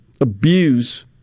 abuse